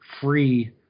free